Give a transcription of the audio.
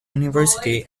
university